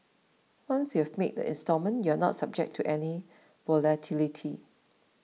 once you have made the installment you are not subject to any volatility